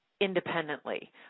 independently